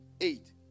eight